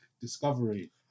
Discovery